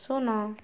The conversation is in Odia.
ଶୂନ